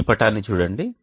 ఈ పటాన్ని చూడండి